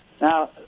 Now